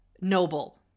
noble